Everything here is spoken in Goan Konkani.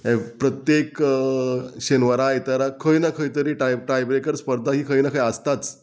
हें प्रत्येक शेनवारा आयतारा खंय ना खंय तरी टाय टायब्रेकर स्पर्धा ही खंय ना खंय आसताच